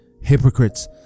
hypocrites